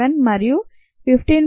7 మరియు 15